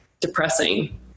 depressing